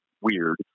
weird